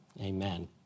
Amen